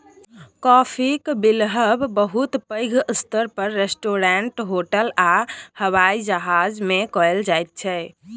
काफीक बिलहब बहुत पैघ स्तर पर रेस्टोरेंट, होटल आ हबाइ जहाज मे कएल जाइत छै